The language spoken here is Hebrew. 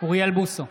אוריאל בוסו,